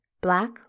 Black